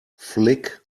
flick